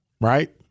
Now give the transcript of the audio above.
right